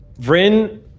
Vryn